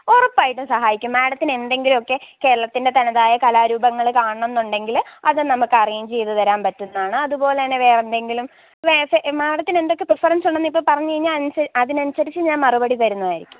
ഉറപ്പായിട്ടും സഹായിക്കും മാഡത്തിന് എന്തെങ്കിലുമൊക്കെ കേരളത്തിന്റെ തനതായ കലാരൂപങ്ങൾ കാണണം എന്നുണ്ടെങ്കിൽ അത് നമുക്ക് അറേഞ്ച് ചെയ്തു തരാൻ പറ്റുമെന്നാണ് അതുപോലെ തന്നെ വേറെ എന്തെങ്കിലും വേ സെ മാഡത്തിന് എന്തൊക്കെ പ്രിഫറന്സുണ്ട് എന്ന് ഇപ്പോൾ പറഞ്ഞു കഴിഞ്ഞാൽ അനുസരിച്ച് അതിന് അനുസരിച്ച് ഞാൻ മറുപടി തരുന്നതായിരിക്കും